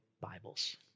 Bibles